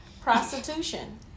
prostitution